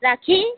রাখি